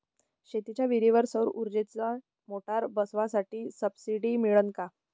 शेतीच्या विहीरीवर सौर ऊर्जेची मोटार बसवासाठी सबसीडी मिळन का?